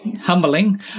humbling